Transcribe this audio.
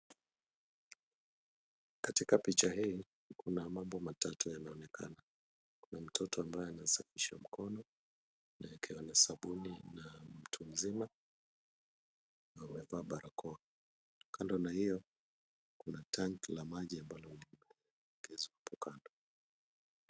Katika picha hii kuna mambo matatu yanaonekana. Mtoto ambaye anasafisha mikono akiwa na sabuni na mtu mzima amevaa barakoa. Kando na hiyo kuna tanki la maji limezunguka.